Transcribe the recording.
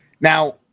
Now